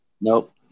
Nope